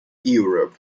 europe